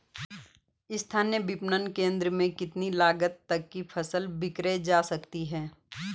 स्थानीय विपणन केंद्र में कितनी लागत तक कि फसल विक्रय जा सकती है?